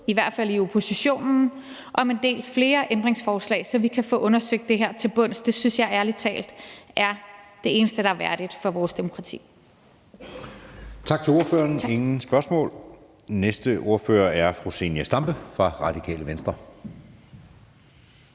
i hvert fald i oppositionen, om en del flere ændringsforslag, så vi kan få undersøgt det her til bunds. Det synes jeg ærlig talt er det eneste, der er værdigt for vores demokrati. Kl. 19:37 Anden næstformand (Jeppe Søe): Tak til ordføreren.